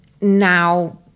now